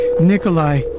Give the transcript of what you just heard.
Nikolai